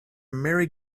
merry